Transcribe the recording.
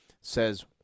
says